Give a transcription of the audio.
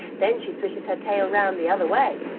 then she swishes her tail round the other way,